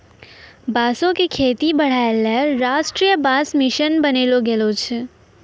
बांसो क खेती बढ़ाय लेलि राष्ट्रीय बांस मिशन बनैलो गेलो छै